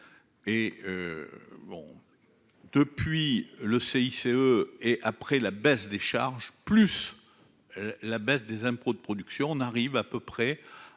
bon depuis le CICE et après la baisse des charges plus la baisse des impôts, de production, on arrive à peu près à